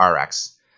RX